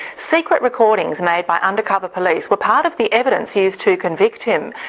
secret recordings made by undercover police were part of the evidence used to convict him,